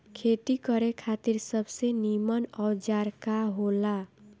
खेती करे खातिर सबसे नीमन औजार का हो ला?